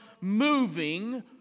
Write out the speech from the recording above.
moving